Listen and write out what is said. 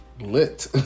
lit